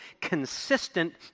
consistent